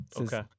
Okay